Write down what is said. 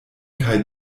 kaj